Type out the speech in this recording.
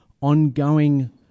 ongoing